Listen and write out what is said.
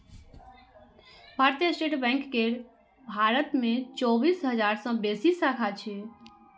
भारतीय state bank केर भारत मे चौबीस हजार सं बेसी शाखा छै